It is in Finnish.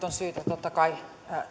on syytä totta kai